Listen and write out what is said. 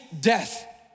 death